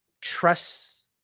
trust